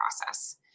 process